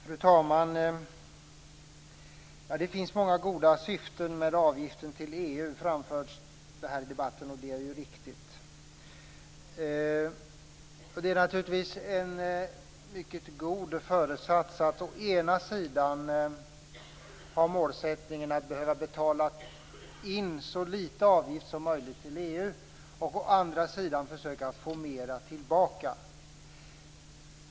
Fru talman! Det finns många goda syften med avgiften till EU, framförs det här i debatten, och det är ju riktigt. Det är naturligtvis en mycket god föresats att å ena sidan ha målsättningen att behöva betala in så lite avgift som möjligt till EU och å andra sidan försöka få mera tillbaka.